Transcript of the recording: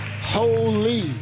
holy